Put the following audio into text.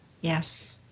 yes